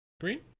Green